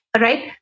right